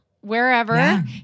wherever